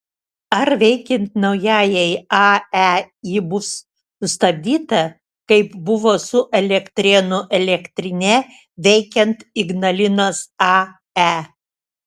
ar veikiant naujajai ae ji bus sustabdyta kaip buvo su elektrėnų elektrine veikiant ignalinos ae